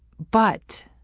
but,